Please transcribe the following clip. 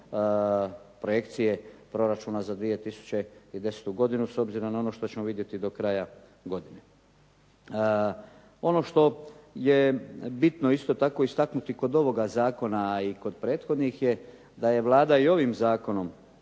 projekcije proračuna za 2010. godinu, s obzirom na ono što ćemo vidjeti do kraja godine. Ono što je bitno isto tako istaknuti kod ovoga zakona, a i kod prethodnih je da je Vlada i ovim zakonom